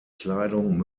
kleidung